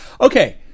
Okay